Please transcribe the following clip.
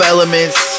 Elements